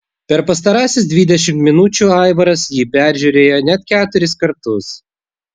per pastarąsias dvidešimt minučių aivaras jį peržiūrėjo net keturis kartus